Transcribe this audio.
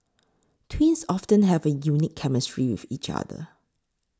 twins often have a unique chemistry with each other